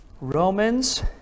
Romans